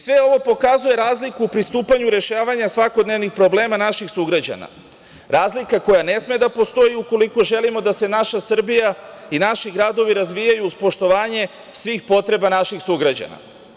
Sve ovo pokazuje razliku u pristupanju rešavanja svakodnevnih problema naših sugrađana, razlika koja ne sme da postoji ukoliko želimo da se naša Srbija i naši gradovi razvijaju uz poštovanje svih potreba naših sugrađana.